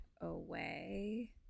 away